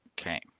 Okay